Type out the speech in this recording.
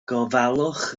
gofalwch